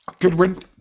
goodwin